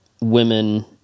women